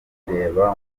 ndorerwamo